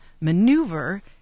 maneuver